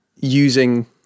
using